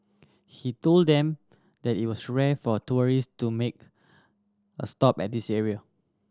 he told them that it was rare for tourist to make a stop at this area